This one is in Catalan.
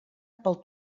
pel